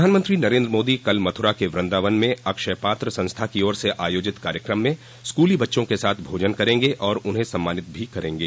प्रधानमंत्री नरेन्द्र मोदी कल मथुरा के वृंदावन में अक्षय पात्र संस्था की ओर से आयोजित कार्यक्रम में स्कूली बच्चों के साथ भोजन करेंगे और उन्हें सम्मानित भी करेंगे